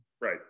right